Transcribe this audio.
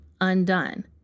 undone